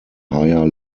higher